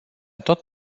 tot